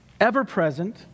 ever-present